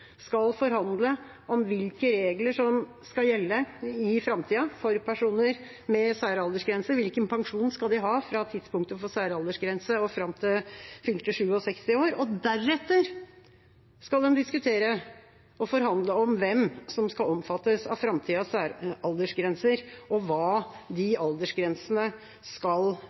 skal forhandle om hvilke regler som skal gjelde i framtida for personer med særaldersgrense – hvilken pensjon de skal ha fra tidspunktet for særaldersgrense og fram til fylte 67 år, og deretter skal de diskutere og forhandle om hvem som skal omfattes av framtidas særaldersgrenser, og hva de aldersgrensene skal